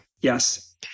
Yes